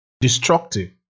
destructive